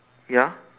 ya